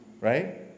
right